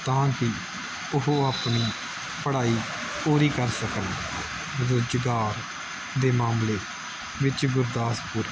ਤਾਂ ਕਿ ਉਹ ਆਪਣੀ ਪੜ੍ਹਾਈ ਪੂਰੀ ਕਰ ਸਕਣ ਰੁਜ਼ਗਾਰ ਦੇ ਮਾਮਲੇ ਵਿੱਚ ਗੁਰਦਾਸਪੁਰ